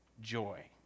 joy